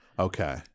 Okay